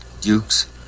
Dukes